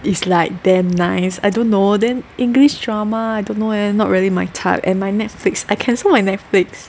is like damn nice I don't know then English drama don't know leh not really my type and my Netflix I cancel my Netflix